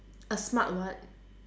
a smart what